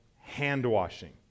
hand-washing